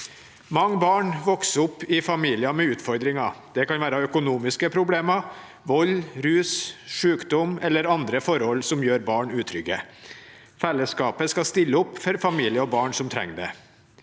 Mange barn vokser opp i familier med utfordringer. Det kan være økonomiske problemer, vold, rus, sykdom eller andre forhold som gjør barn utrygge. Fellesskapet skal stille opp for familier og barn som trenger det.